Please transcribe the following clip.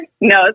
No